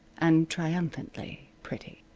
and triumphantly pretty.